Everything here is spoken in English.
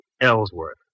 Ellsworth